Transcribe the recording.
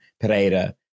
Pereira